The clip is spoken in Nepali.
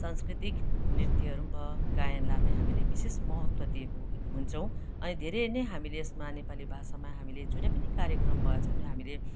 संस्कृतिक नृत्यहरू भयो गायनलाई पनि हामीले विशेष महत्त्व दिएको हुन्छौँ अनि धेरै नै हामीले यसमा नेपाली भाषामा हामीले जुनै पनि कार्यक्रम भएछ भने हामीले